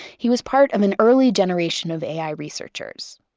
he was part of an early generation of ai researchers.